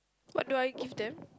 what do I give them